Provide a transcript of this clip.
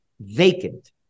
vacant